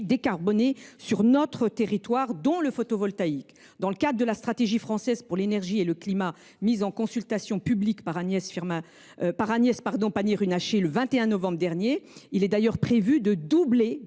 décarbonées sur notre territoire, notamment le photovoltaïque. Dans le cadre de la stratégie française pour l’énergie et le climat mise en consultation publique par Agnès Pannier Runacher, le 21 novembre dernier, il est d’ailleurs prévu de doubler